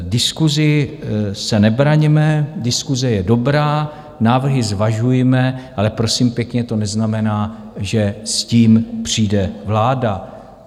Diskusi se nebraňme, diskuse je dobrá, návrhy zvažujme, ale prosím pěkně, to neznamená, že s tím přijde vláda.